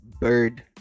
bird